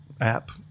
app